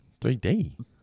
3D